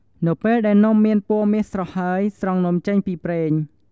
នៅពេលដែលនំមានពណ៌មាសស្រស់ហើយ ស្រង់នំចេញពីប្រេង។